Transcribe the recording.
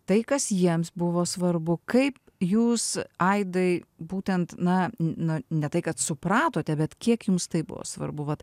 tai kas jiems buvo svarbu kaip jūs aidai būtent na na ne tai kad supratote bet kiek jums tai buvo svarbu vat